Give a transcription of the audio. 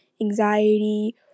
anxiety